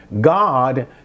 God